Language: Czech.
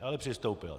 Ale přistoupila.